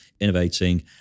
innovating